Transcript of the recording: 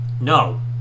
No